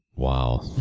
Wow